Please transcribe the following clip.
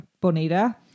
Bonita